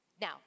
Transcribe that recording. Now